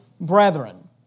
brethren